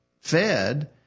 fed